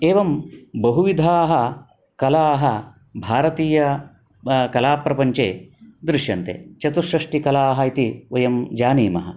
एवं बहुविधाः कलाः भारतीय वा कलाप्रपञ्चे दृश्यन्ते चतुष्षष्टिकलाः इति वयं जानीमः